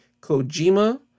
Kojima